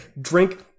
drink